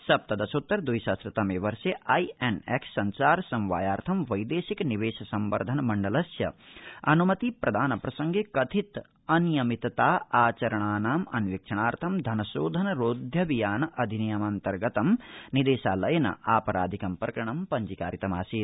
सप्तदशोत्तर द्वि सहम्र तमब्रें आई एन एक्स सञ्चार समवायार्थं वैदेशिक निवेश संवर्धन मण्डलस्य अनुमति प्रदान प्रसंगे कथित अनियमितता चरणानाम् अन्वीक्षणार्थं धनशोधन रोध्यभियानाधिनियमान्तर्गतं निदेशालयेन आपराधिकं प्रकरणं पञ्जीकारितम् आसीत्